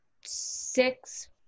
six